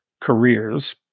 careers